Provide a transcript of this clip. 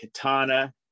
Katana